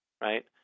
right